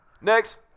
Next